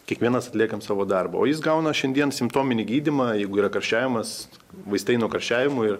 kiekvienas atliekam savo darbą o jis gauna šiandien simptominį gydymą jeigu yra karščiavimas vaistai nuo karščiavimo ir